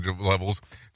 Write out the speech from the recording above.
levels